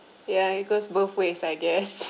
ya it goes both ways I guess